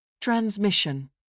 Transmission